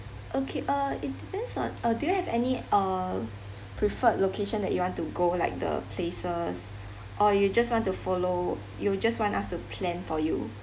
okay uh it depends on uh do you have any uh preferred location that you want to go like the places or you just want to follow you just want us to plan for you